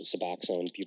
suboxone